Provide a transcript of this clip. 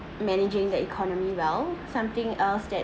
managing the economy well something else that